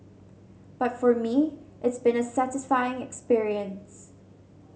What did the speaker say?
but for me it's been a satisfying experience